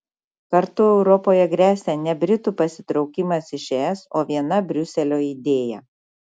karu europoje gresia ne britų pasitraukimas iš es o viena briuselio idėja